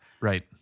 Right